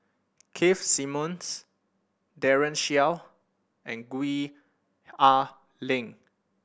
Keith Simmons Daren Shiau and Gwee Ah Leng